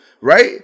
right